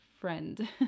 friend